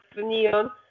neon